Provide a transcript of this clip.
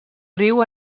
riu